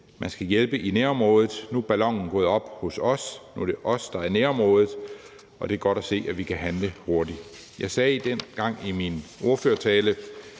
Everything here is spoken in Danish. man skal hjælpe i nærområdet; nu er ballonen gået op hos os, nu er det os, der er nærområdet, og det er godt at se, at vi kan handle hurtigt. Jeg sagde i min ordførertale